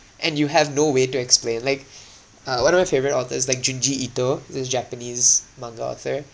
and you have no way to explain like uh one of my favourite authors like junji ito this japanese manga author